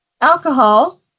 Alcohol